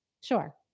Sure